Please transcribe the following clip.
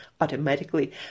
automatically